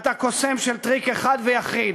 אתה קוסם של טריק אחד ויחיד: